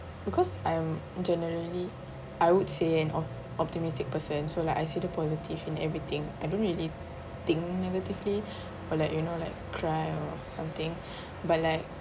because I'm generally I would say an op~ optimistic person so like I see the positive in everything I don't really think negatively or like you know like cry or something but like